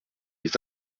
les